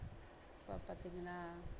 அப்போ பார்த்தீங்கன்னா